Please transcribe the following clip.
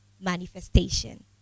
manifestation